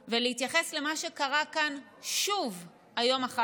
למה שקרה כאן שוב היום אחר הצוהריים.